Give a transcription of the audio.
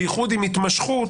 בייחוד עם התמשכות,